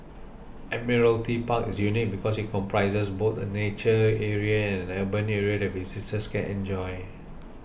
Admiralty Park is unique because it comprises both a nature area and an urban area that visitors can enjoy